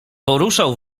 poruszał